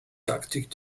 taktik